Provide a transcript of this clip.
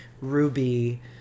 Ruby